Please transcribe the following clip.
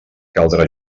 caldrà